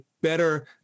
better